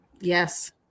Yes